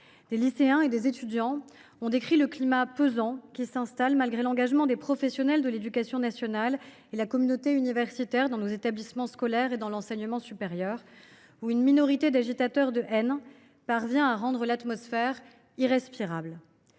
Des lycéens et des étudiants ont décrit le climat pesant qui, malgré l’engagement des professionnels de l’éducation nationale, malgré les efforts de la communauté universitaire, s’installe dans nos établissements scolaires comme dans l’enseignement supérieur. Une minorité d’agitateurs de haine parvient à y rendre l’atmosphère irrespirable.